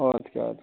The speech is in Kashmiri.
آد کیٛاہ آد کیٛاہ